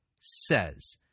says